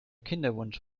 kinderwunsch